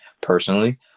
personally